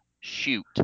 shoot